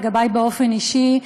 לגבי באופן אישי.